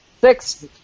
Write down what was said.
Six